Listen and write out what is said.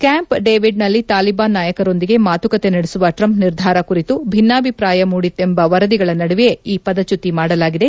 camp ಡೇವಿಡ್ನಲ್ಲಿ ತಾಲಿಬಾನ್ ನಾಯಕರೊಂದಿಗೆ ಮಾತುಕತೆ ನಡೆಸುವ ಟ್ರಂಪ್ ನಿರ್ಧಾರ ಕುರಿತು ಭಿನ್ನಾಭಿಪ್ರಾಯ ಮೂಡಿತ್ತೆಂಬ ವರದಿಗಳ ನಡುವೆಯೇ ಈ ಪದಚ್ಚುತಿ ಮಾಡಲಾಗಿದೆ